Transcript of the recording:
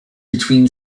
between